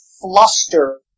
fluster